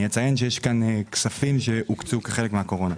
אני אציין שיש כאן כספים שהוקצו כחלק מהקורונה.